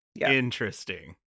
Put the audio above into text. Interesting